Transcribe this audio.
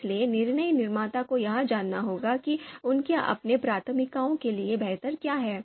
इसलिए निर्णय निर्माता को यह जानना होगा कि उनकी अपनी प्राथमिकताओं के लिए बेहतर क्या है